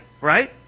right